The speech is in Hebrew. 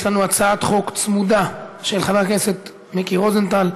יש לנו הצעת חוק צמודה, של חבר הכנסת מיקי רוזנטל,